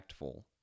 impactful